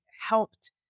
helped